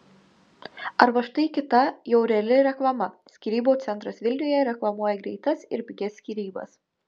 arba štai kita jau reali reklama skyrybų centras vilniuje reklamuoja greitas ir pigias skyrybas